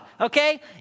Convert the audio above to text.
okay